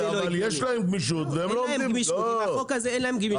אבל בחוק הזה אין להם גמישות.